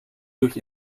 durch